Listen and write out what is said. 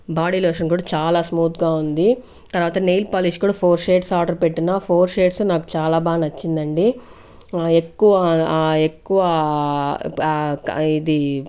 body lotion కూడా చాలా స్మూత్గా ఉంది తర్వాత నెయిల్ పాలిష్ కూడా ఫోర్ షేడ్స్ ఆర్డర్ పెట్టున్న ఆ ఫోర్ షేడ్స్ నాకు చాలా బాగా నచ్చిందండి ఎక్కువ ఎక్కువ ఇది